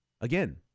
Again